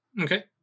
Okay